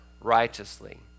righteously